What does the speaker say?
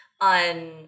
on